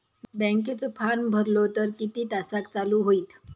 बँकेचो फार्म भरलो तर किती तासाक चालू होईत?